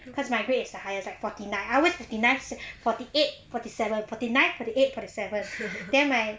because my grade the highest like forty nine I always fifty nine forty eight forty seven forty nine forty eight forty seven then my